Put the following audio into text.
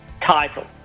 titles